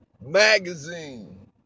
Magazine